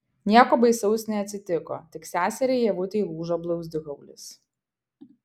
nieko baisaus neatsitiko tik seseriai ievutei lūžo blauzdikaulis